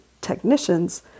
technicians